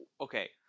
okay